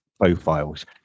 profiles